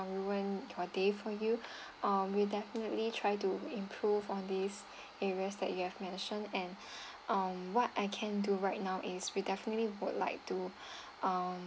ruined the day for you um we'll definitely try to improve on these areas that you have mentioned and um what I can do right now is we definitely would like to um